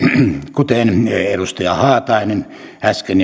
kuten edustaja haatainen äsken